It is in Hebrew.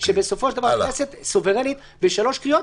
שבסופו של דבר הכנסת סוברנית בשלוש קריאות